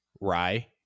rye